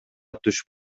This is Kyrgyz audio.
түшүп